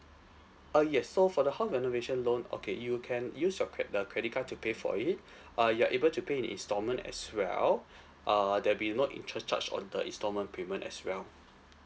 uh yes so for the house renovation loan okay you can use your cre~ the credit card to pay for it uh you're able to pay in instalment as well uh there'll be no interest charge on the instalment payment as well